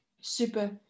super